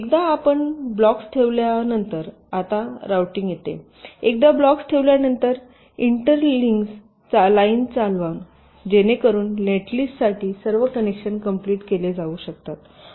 एकदा आपण ब्लॉक्स ठेवल्यानंतर आता रूटिंग येते एकदा ब्लॉक्स ठेवल्यानंतर इंटरलिंक्शन्स लाइन चालवा जेणेकरून नेटलिस्टसाठी सर्व कनेक्शन कंप्लिट केले जाऊ शकतात